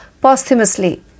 posthumously